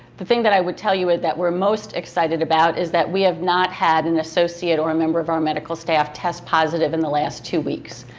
the thing that i would tell you that we're most excited about is that we have not had an associate or a member of our medical staff test positive in the last two weeks.